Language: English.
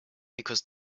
because